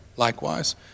Likewise